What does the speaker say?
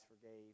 forgave